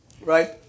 Right